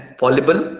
fallible